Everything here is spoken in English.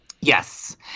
Yes